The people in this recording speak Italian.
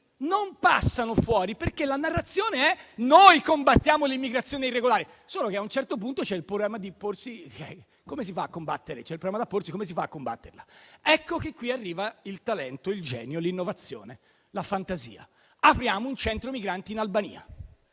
non passano fuori, perché la narrazione è: «Noi combattiamo l'immigrazione irregolare!». Solo che, a un certo punto, c'è un problema da porsi: come si fa a combatterla? Ecco che qui arrivano il talento, il genio, l'innovazione, la fantasia: apriamo un centro migranti in Albania.